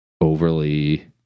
overly